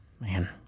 Man